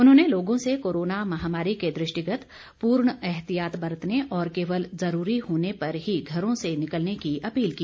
उन्होंने लोगों से कोरोना महामारी के दृष्टिगत पूर्ण एहतियात बरतने और केवल जरूरी होने पर ही घरों से निकलने की अपील की